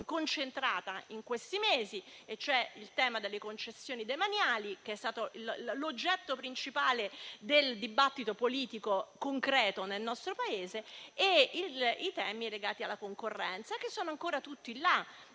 concentrata in questi mesi, e cioè il tema delle concessioni demaniali, che è stato l'oggetto principale del dibattito politico concreto nel nostro Paese, e i temi legati alla concorrenza, che sono ancora tutti là